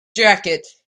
jacket